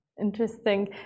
Interesting